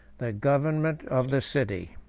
the government of the city.